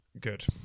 good